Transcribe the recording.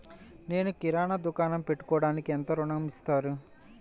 నేను కిరాణా దుకాణం పెట్టుకోడానికి ఎంత ఋణం ఇస్తారు?